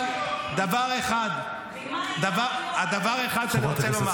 אבל דבר אחד אני רוצה לומר.